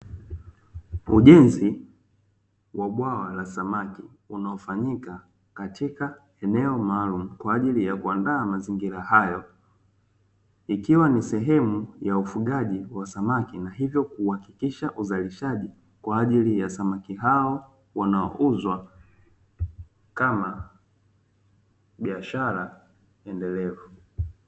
Ujenzi wa bwawa la samaki, unaofanyika katika eneo maalumu, kwa ajili ya kuandaa mazingira hayo, ikiwa ni sehemu ya ufugaji wa samaki, na hivyo kuhakikisha uzalishaji, kwa ajili ya samaki hao wanaouzwa kama biashara endelevu.